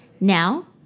Now